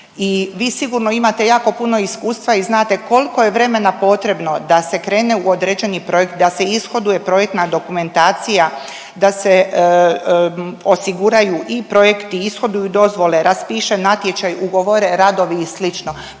i vi sigurno imate jako puno iskustva i znate kolko je vremena potrebno da se krene u određeni projekt, da se ishoduje projektna dokumentacija, da se osiguraju i projekti i ishoduju dozvole, raspiše natječaj, ugovore radovi i sl.,